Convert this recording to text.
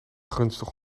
gunstig